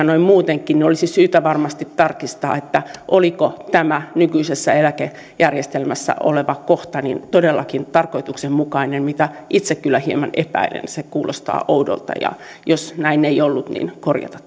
noin muutenkin niin olisi syytä varmasti tarkistaa oliko tämä nykyisessä eläkejärjestelmässä oleva kohta todellakin tarkoituksenmukainen mitä itse kyllä hieman epäilen se kuulostaa oudolta ja jos näin ei ollut niin olisi syytä korjata